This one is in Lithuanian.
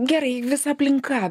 gerai visa aplinka